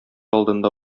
алдында